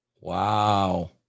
Wow